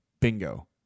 bingo